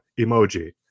emoji